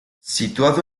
situado